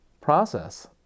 process